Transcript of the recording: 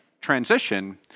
transition